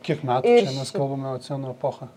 kiek metų čia mes kalbame eoceno epocha